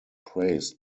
praised